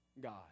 God